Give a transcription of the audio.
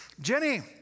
Jenny